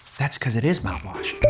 that's because it is mouthwash.